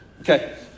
Okay